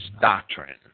Doctrine